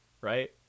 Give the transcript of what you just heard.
right